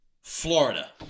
Florida